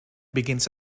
begins